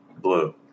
Blue